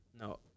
No